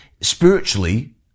spiritually